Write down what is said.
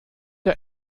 der